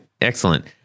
excellent